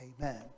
amen